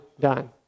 done